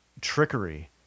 trickery